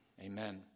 Amen